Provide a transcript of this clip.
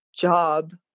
job